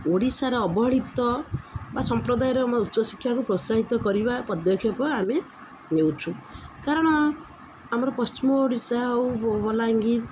ଓଡ଼ିଶାର ଅବହଳିତ ବା ସମ୍ପ୍ରଦାୟର ଉଚ୍ଚଶିକ୍ଷାକୁ ପ୍ରୋତ୍ସାହିତ କରିବା ପଦକ୍ଷେପ ଆମେ ନେଉଛୁ କାରଣ ଆମର ପଶ୍ଚିମ ଓଡ଼ିଶା ହଉ ବଲାଙ୍ଗୀର